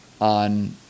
on